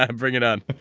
ah bring it on